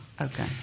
Okay